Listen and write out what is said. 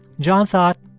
john thought,